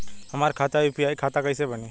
हमार खाता यू.पी.आई खाता कईसे बनी?